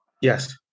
Yes